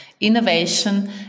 Innovation